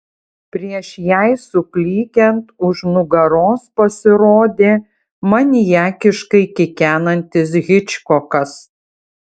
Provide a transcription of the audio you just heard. prieš jai suklykiant už nugaros pasirodė maniakiškai kikenantis hičkokas